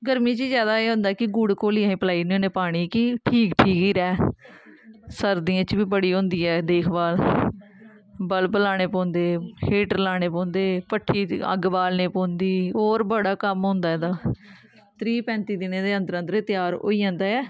गर्मियें च जादा एह् होंदा कि गुड़ घोलियै असें पलैई ओडने होन्ने पानी कि ठीक ठीक ही रैह् सर्दियें च बी बड़ी होंदी ऐ देखभाल बल्ब लाने पौंदे हीटर लाने पौंदे भट्ठी अग्ग बालने पौंदी होर बड़ा कम्म होंदा एह्दा त्रीह् पैंत्ती दिनें दे अन्दर अन्दर एह् त्यार होई जंदा ऐ